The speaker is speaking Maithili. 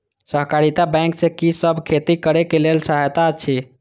सहकारिता बैंक से कि सब खेती करे के लेल सहायता अछि?